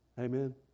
Amen